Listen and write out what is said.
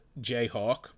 Jayhawk